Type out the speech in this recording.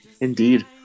Indeed